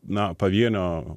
na pavienio